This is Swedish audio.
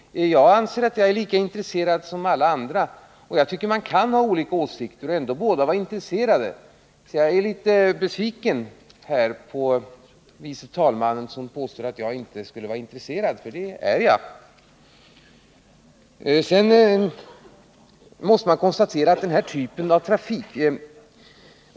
Jag anser att jag är lika intresserad som alla andra, och jag tycker att man kan ha olika åsikter och ändå båda vara intresserade. Så jag är litet besviken på vice talmannen som påstår att jag inte skulle vara intresserad, för det är jag.